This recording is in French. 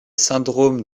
syndrome